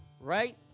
right